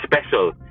special